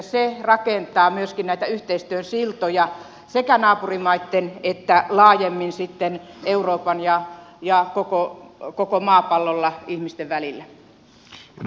se myöskin rakentaa näitä yhteistyön siltoja sekä naapurimaitten että laajemmin euroopan ja koko maapallon ihmisten välillä